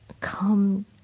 come